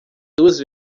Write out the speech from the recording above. duas